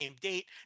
date